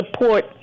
support